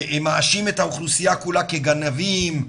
מאשים את האוכלוסייה כולה כגנבים,